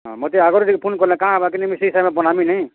ହଁ ମତେ ଆଗ୍ରୁ ଟିକେ ଫୋନ୍ କଲେ କାଁ ହେବା କି ନି ମୁଇଁ ସେଇ ହିସାବେ ବନାମି ନାଇ